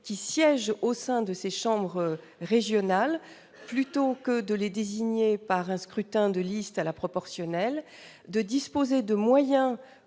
qui siègent au sein des chambres régionales ne soient pas désignés par un scrutin de liste à la proportionnelle, de donner des moyens